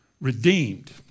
Redeemed